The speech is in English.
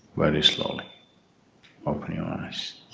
very slowly open your eyes.